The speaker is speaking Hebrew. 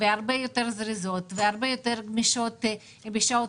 הרבה יותר זריזות והרבה יותר גמישות בשעות